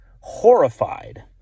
horrified